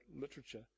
literature